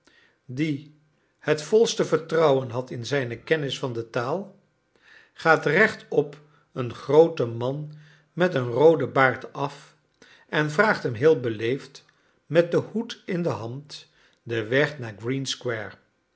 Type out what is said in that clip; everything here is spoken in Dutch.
die het volste vertrouwen had in zijne kennis van de taal gaat recht op een grooten man met een rooden baard af en vraagt hem heel beleefd met den hoed in de hand den weg naar